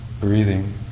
breathing